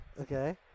Okay